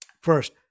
First